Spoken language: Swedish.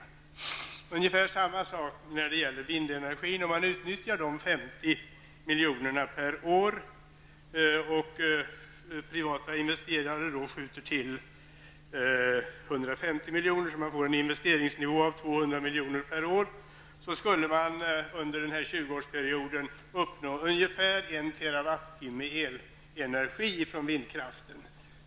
Ungefär samma sak skulle det bli med vindenergin. Om man utnyttjar de 50 milj.kr. per år och privata investerare skjuter till 150 milj.kr. så att man får en investeringsnivå på 200 milj.kr. per år, skulle man under denna 20 årsperiod få ut ungefär 1 TWh elenergi från vindkraften.